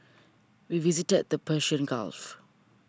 we visited the Persian Gulf